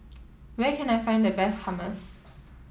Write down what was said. where can I find the best Hummus